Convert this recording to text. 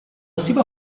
seva